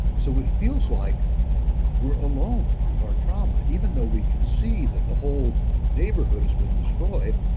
so, it feels like we're alone with our trauma even though we can see that the whole neighborhood has been destroyed,